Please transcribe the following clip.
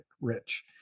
rich